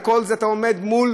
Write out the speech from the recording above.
אתה עומד מול